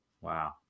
Wow